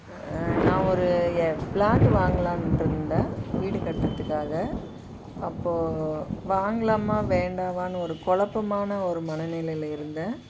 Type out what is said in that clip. நான் ஒரு a flat வாங்கலாம்னு இருந்தேன் வீடு கட்டுறதுக்காக அப்போது வாங்கலாமா வேண்டாமானு ஒரு கொழப்பாமான ஒரு மனநிலையில் இருந்தேன்